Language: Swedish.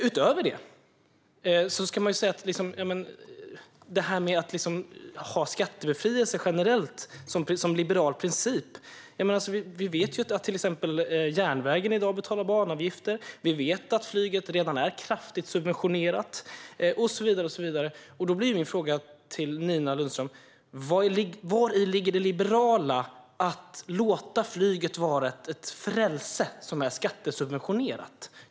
Utöver detta kan man ifrågasätta detta med skattebefrielse generellt, som liberal princip. Vi vet att järnvägen i dag betalar banavgifter. Vi vet att flyget redan är kraftigt subventionerat och så vidare. Då blir min fråga till Nina Lundström: Vari ligger det liberala med att låta flyget vara ett frälse som är skattesubventionerat?